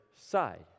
side